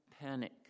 panic